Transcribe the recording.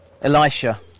Elisha